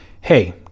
Hey